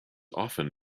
often